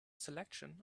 selection